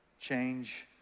change